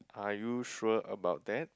are you sure about that